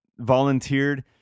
Volunteered